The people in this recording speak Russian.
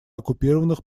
оккупированных